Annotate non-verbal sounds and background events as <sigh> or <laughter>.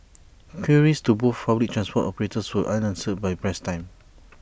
<noise> queries to both fully transport operators were unanswered by press time